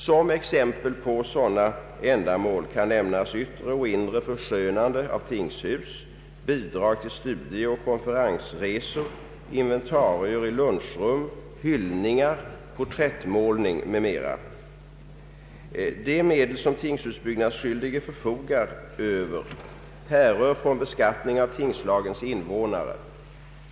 Som exempel på sådana ändamål kan nämnas yttre och inre förskönande av tingshus, bidrag till studieoch konferensresor, inventarier i lunchrum, hyllningar, porträttmålning OSV. De medel som tingshusbyggnadsskyldige förfogar över härrör från beskattning av tingslagens invånare.